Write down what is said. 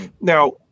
Now